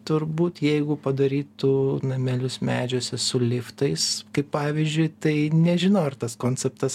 turbūt jeigu padarytų namelius medžiuose su liftais kaip pavyzdžiui tai nežinau ar tas konceptas